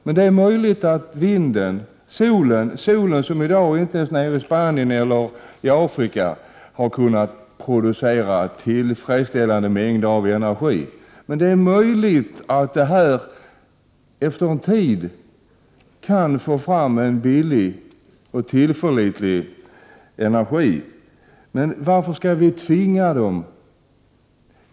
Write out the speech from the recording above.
Men det är möjligt att vinden och solen, som i dag inte ens nere i Spanien eller Afrika har kunnat producera tillfredsställande mängder av energi, efter en tid kan producera en billig och tillförlitlig energi. Men varför skall vi tvinga någon?